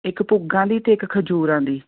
ਇੱਕ ਭੁੱਗਾ ਦੀ ਅਤੇ ਇੱਕ ਖਜੂਰਾਂ ਦੀ